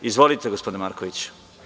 Izvolite, gospodine Markoviću.